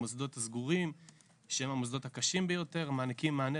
המוסדות הסגורים שהם המוסדות הקשים ביותר מעניקים מענה